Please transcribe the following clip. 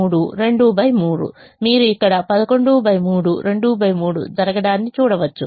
113 2 3 మీరు ఇక్కడ 113 23 జరగడాన్ని చూడవచ్చు